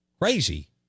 crazy